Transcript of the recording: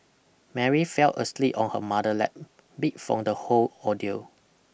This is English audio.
Mary fell asleep on her mother lap beat from the whole ordeal